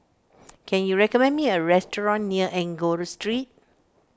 can you recommend me a restaurant near Enggor Street